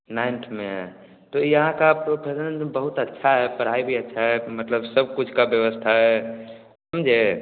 ninth में हैं तो यहाँ का प्रोफेसन तो बहुत अच्छा है पढ़ाई भी अच्छी है मतलब सब कुछ की व्यवस्था है समझे